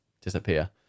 disappear